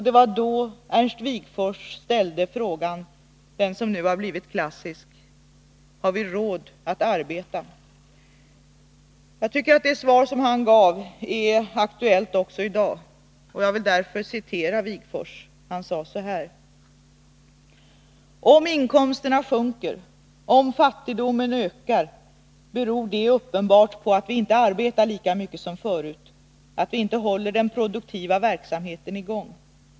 Det var då Ernst Wigforss ställde frågan som nu har blivit klassisk: ”Har vi råd att arbeta?” Jag tycker att det svar som han gav är aktuellt också i dag och att det är värt att citera här i kammaren. Wigforss sade: ”Om inkomsterna sjunker, om fattigdomen ökar, beror det uppenbart på att vi inte arbetar lika mycket som förut, att vi inte håller den produktiva verksamheten i gång.